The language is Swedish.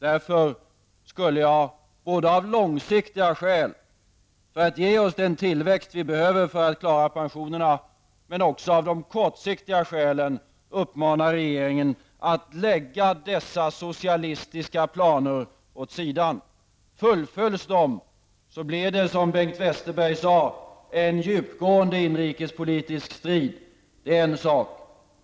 Jag vill därför av långsiktiga skäl -- för att ge oss den tillväxt vi behöver för att klara pensionerna -- men också av kortsiktiga skäl uppmanar regeringen att lägga dessa socialistiska planer åt sidan. Fullföljs de, blir det, som Bengt Westerberg sade, en djupgående inrikespolitisk strid. Det är en sak.